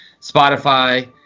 Spotify